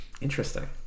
interesting